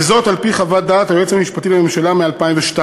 וזאת על-פי חוות דעת היועץ המשפטי לממשלה מ-2002.